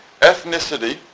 ethnicity